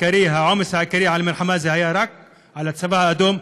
העומס העיקרי של המלחמה היה רק על הצבא האדום,